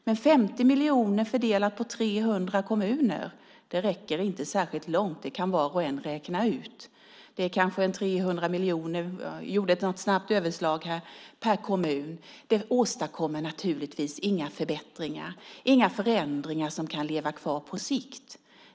Men 50 miljoner fördelat på 300 kommuner räcker inte särskilt långt. Det kan var och en räkna ut. Det kanske är under 200 000 - jag gjorde snabbt ett överslag här - per kommun. Det åstadkommer naturligtvis inga förbättringar, inga förändringar på sikt.